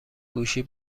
گوشی